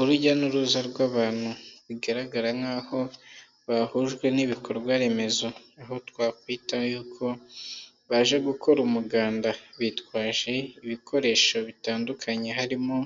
Urujya n'uruza rw'abantu, bigaragara nkaho bahujwe n'ibikorwa remezo, aho twakwita yuko baje gukora umuganda. Bitwaje ibikoresho bitandukanye harimo: